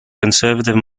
conservative